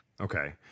Okay